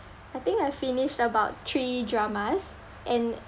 I think I finished about three dramas and